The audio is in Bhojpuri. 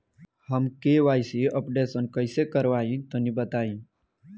हम के.वाइ.सी अपडेशन कइसे करवाई तनि बताई?